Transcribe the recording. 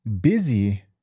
busy